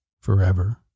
forever